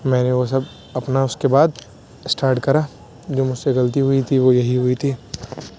میں نے وہ سب اپنا اس کے بعد اسٹارٹ کرا جو مجھ سے غلطی ہوئی تھی وہ یہی ہوئی تھی